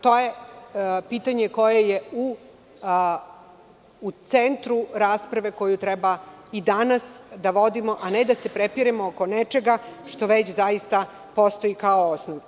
To je pitanje koje je u centru rasprave koju treba i danas da vodimo, a ne da se prepiremo oko nečega što već zaista postoji kao osnov.